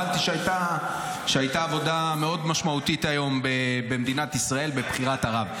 הבנתי שהייתה עבודה מאד משמעותית היום במדינת ישראל בבחירת הרב.